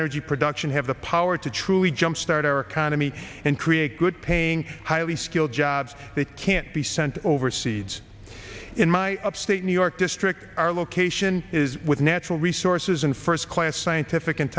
energy production have the power to truly jumpstart our economy and create good paying highly skilled jobs that can't be sent overseas in my upstate new york district our location is with natural resources and first class scientific and